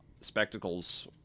spectacles